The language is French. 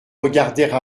regardèrent